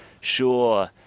Sure